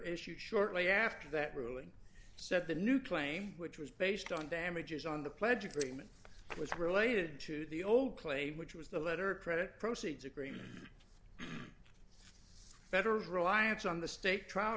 issue shortly after that ruling said the new claim which was based on damages on the pledge agreement was related to the old claim which was the letter credit proceeds agreement federer's reliance on the state trial